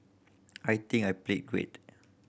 I think I played great